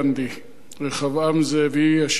רחבעם זאבי, השם ייקום דמו.